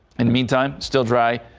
and meantime still dry.